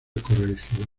corregidor